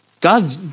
God